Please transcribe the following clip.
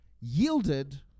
Yielded